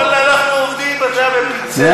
ואללה, אנחנו עובדים, אתה יודע, בפינצטה.